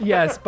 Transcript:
Yes